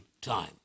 time